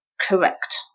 correct